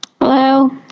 Hello